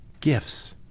gifts